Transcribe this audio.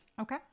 Okay